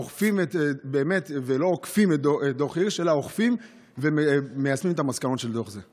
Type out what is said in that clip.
אוכפים ולא עוקפים את דוח הירש ומיישמים את המסקנות של דוח זה?